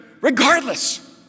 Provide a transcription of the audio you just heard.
regardless